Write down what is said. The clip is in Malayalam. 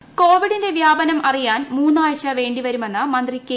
ശൈലജ കോവിഡിന്റെ വൃാപനം അറിയാൻ മൂന്നാഴ്ച വേണ്ടിവരുമെന്ന് മന്ത്രി കെ